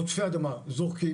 עודפי אדמה זורקים,